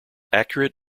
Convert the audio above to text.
accurate